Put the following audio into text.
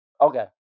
Okay